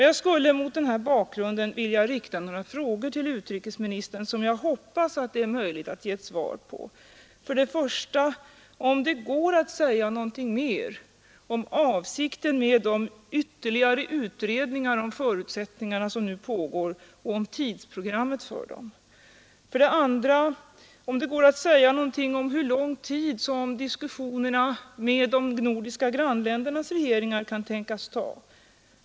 Jag skulle mot denna bakgrund vilja rikta några frågor till utrikesministern som jag hoppas det är möjligt att ge svar på. För det första: Går det att säga någonting mer om avsikten med de ytterligare utredningar om förutsättningarna som nu pågår och om tidsprogrammet för dem? För det andra: Går det att säga någonting om hur lång tid diskussionerna med de nordiska grannländernas regeringar kan tänkas ta?